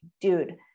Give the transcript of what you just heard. Dude